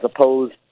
opposed